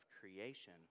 creation